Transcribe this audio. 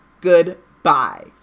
Goodbye